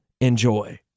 Enjoy